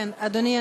אדוני,